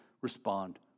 respond